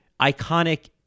iconic